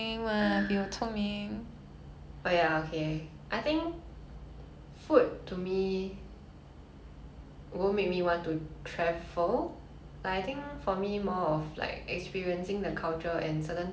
won't make me want to travel like I think for me more of like experiencing the culture and certain things or activities that can only be done like for example mm